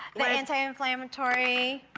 the anti-inflammatory.